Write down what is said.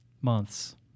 Months